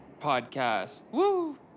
Podcast